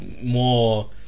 more